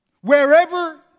wherever